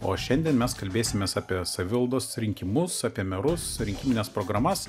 o šiandien mes kalbėsimės apie savivaldos rinkimus apie merus rinkimines programas